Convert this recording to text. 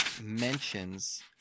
mentions